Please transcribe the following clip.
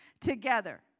together